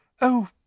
Oh